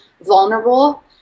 vulnerable